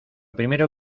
primero